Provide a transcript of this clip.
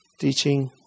teaching